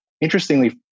interestingly